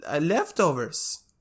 leftovers